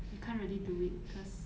you can't really do it cause